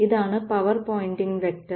ഇതാണ് power pointing vector